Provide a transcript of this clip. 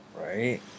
Right